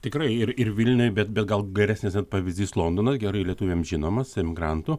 tikrai ir ir vilniuj bet be gal geresnis pavyzdys londono gerai lietuviam žinomas emigrantų